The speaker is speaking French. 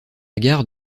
gare